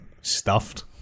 stuffed